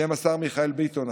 בשם השר מיכאל ביטון,